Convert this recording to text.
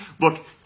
Look